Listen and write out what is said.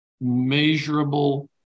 measurable